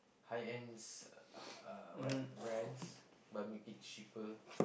high ends uh what brands but make it cheaper